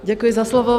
Děkuji za slovo.